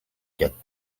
get